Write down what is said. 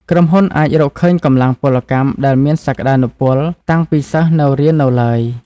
ក្រុមហ៊ុនអាចរកឃើញកម្លាំងពលកម្មដែលមានសក្តានុពលតាំងពីសិស្សនៅរៀននៅឡើយ។